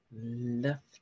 Left